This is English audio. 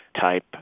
type